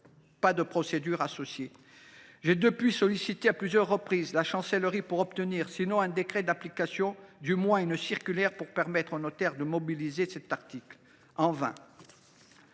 faute de procédure associée. J’ai sollicité à plusieurs reprises la Chancellerie pour obtenir, sinon un décret d’application, du moins une circulaire pour permettre aux notaires de mobiliser cet article. En vain